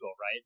right